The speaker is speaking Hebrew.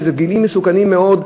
וזה גילים מסוכנים מאוד,